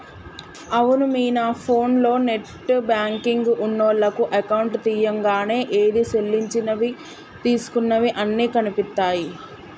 అవును మీనా ఫోన్లో నెట్ బ్యాంకింగ్ ఉన్నోళ్లకు అకౌంట్ తీయంగానే ఏది సెల్లించినవి తీసుకున్నయి అన్ని కనిపిస్తాయి